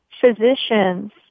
physicians